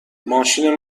ماشین